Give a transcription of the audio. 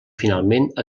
finalment